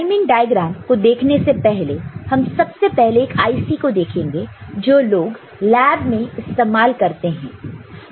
timing diagram को देखने से पहले हम सबसे पहले एक IC को देखेंगे जो लोग लैब में इस्तेमाल करते हैं